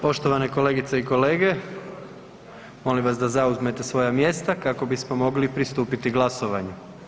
Poštovane kolegice i kolege, molim vas da zauzmete svoja mjesta kako bismo mogli pristupiti glasovanju.